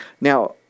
Now